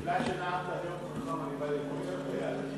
בגלל שנאמת נאום חכם, אני בא ללחוץ לך את היד.